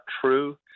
true